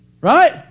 right